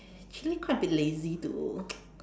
actually quite a bit lazy to